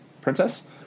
princess